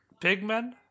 pigmen